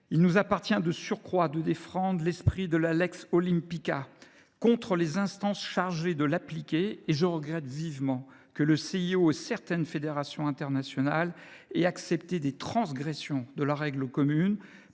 Il nous appartient de surcroît de défendre l’esprit de la contre les instances chargées de l’appliquer : je regrette vivement que le CIO et certaines fédérations internationales aient accepté des transgressions de la règle commune